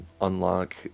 unlock